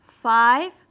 Five